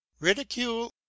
ridicule